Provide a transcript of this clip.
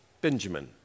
Benjamin